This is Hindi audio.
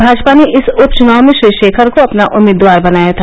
भाजपा ने इस उप चुनाव में श्री शेखर को अपना उम्मीदवार बनाया था